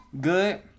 Good